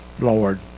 Lord